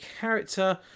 character